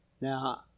now